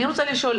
אני רוצה לשאול,